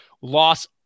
loss